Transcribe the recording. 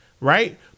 right